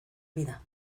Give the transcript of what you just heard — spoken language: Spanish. vida